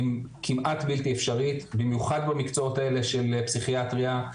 היא כמעט בלתי אפשרית במיוחד במקצועות האלה של פסיכיאטריה.